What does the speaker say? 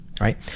right